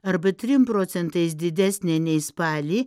arba trim procentais didesnė nei spalį